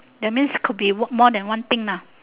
that means could be more than one thing lah